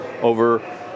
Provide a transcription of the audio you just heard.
over